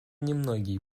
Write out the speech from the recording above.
немногие